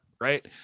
right